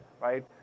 right